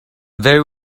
very